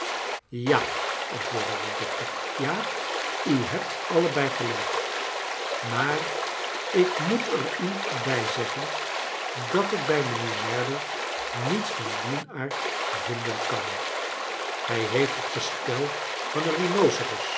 ja antwoordde de dokter ja u hebt allebei gelijk maar ik moet r u bij zeggea dat ik bij mijnheer merdle aiets vaa diea aard viadea kaa hrj heeft het gestel vaa een